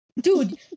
Dude